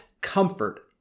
comfort